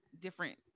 different